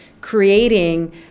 creating